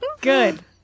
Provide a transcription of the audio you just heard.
good